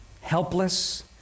Helpless